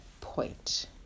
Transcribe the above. point